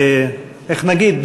איך נגיד?